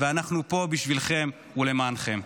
ואנחנו פה בשבילכם ולמענכם.